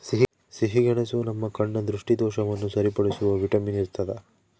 ಸಿಹಿಗೆಣಸು ನಮ್ಮ ಕಣ್ಣ ದೃಷ್ಟಿದೋಷವನ್ನು ಸರಿಪಡಿಸುವ ವಿಟಮಿನ್ ಇರ್ತಾದ